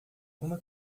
uma